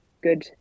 good